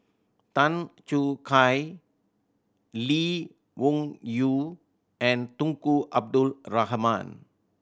Tan Choo Kai Lee Wung Yew and Tunku Abdul Rahman